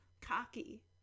cocky